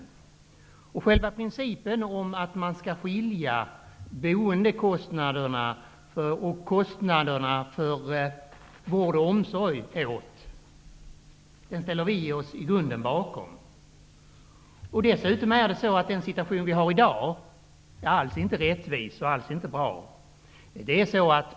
Vi ställer oss i grunden bakom själva principen att man skall skilja boendekostnaderna och kostnaderna för vård och omsorg åt. Den situation vi har i dag är dessutom alls inte rättvis och alls inte bra.